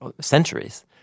centuries